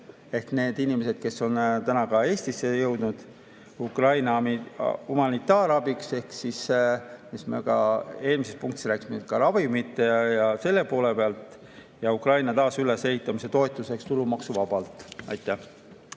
– need on inimesed, kes on täna ka Eestisse jõudnud –, Ukraina humanitaarabiks ehk selleks, millest ma ka eelmises punktis rääkisin, ka ravimite ja selle poole pealt, ning Ukraina taasülesehitamise toetuseks tulumaksuvabalt. Aitäh!